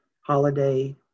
holiday